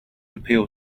appeal